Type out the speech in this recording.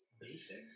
basic